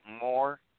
more